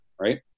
right